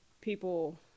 people